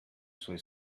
suoi